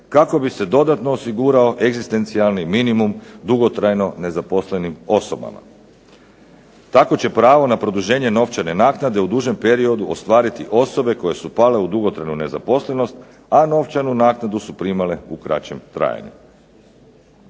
kako bi se dodatno osigurao egzistencijalni minimum dugotrajno nezaposlenim osobama. Tako će pravo na produženje novčane naknade u dužem periodu ostvariti osobe koje su pale u dugotrajnu nezaposlenost, a novčanu naknadu su primale u kraćem trajanju.